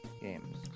games